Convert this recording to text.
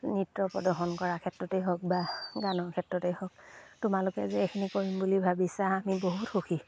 নৃত্য প্ৰদৰ্শন কৰাৰ ক্ষেত্ৰতেই হওক বা গানৰ ক্ষেত্ৰতেই হওক তোমালোকে যে এইখিনি কৰিম বুলি ভাবিছা আমি বহুত সুখী